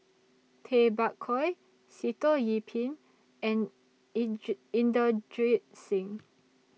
Tay Bak Koi Sitoh Yih Pin and Inderjit Singh